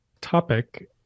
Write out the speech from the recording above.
topic